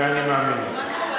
זה אני מאמין לך.